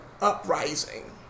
uprising